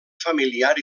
familiar